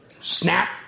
snap